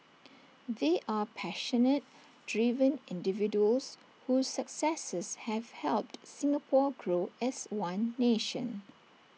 they are passionate driven individuals whose successes have helped Singapore grow as one nation